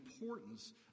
importance